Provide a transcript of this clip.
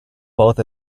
both